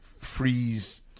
freeze